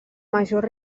major